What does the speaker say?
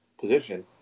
position